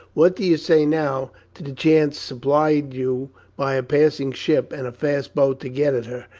what do you say now to the chance supplied you by a passing ship and a fast boat to get at her,